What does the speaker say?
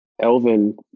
Elvin